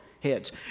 heads